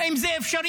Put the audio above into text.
האם זה אפשרי?